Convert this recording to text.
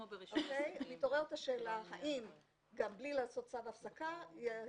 מתעוררת השאלה האם גם בלי לעשות צו הפסקה יהיה